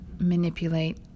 manipulate